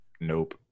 Nope